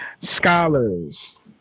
scholars